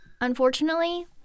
Unfortunately